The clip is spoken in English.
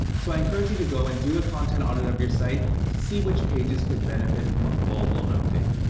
so i encourage you to go and do a content audit of your site to see which pages could benefit from a full-blown update.